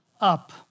up